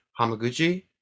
Hamaguchi